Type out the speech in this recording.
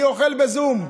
אני אוכל בזום.